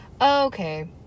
okay